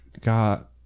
got